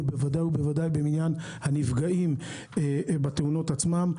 וודאי וודאי במניין הנפגעים בתאונות עצמן.